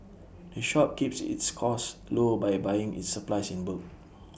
the shop keeps its costs low by buying its supplies in bulk